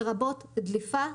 לרבות דליפה,